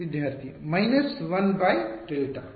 ವಿದ್ಯಾರ್ಥಿ minus 1 by delta